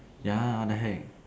ya what the heck